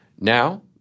Now